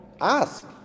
ask